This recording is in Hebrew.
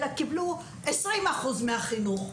אלא קיבלו 20% מהחינוך?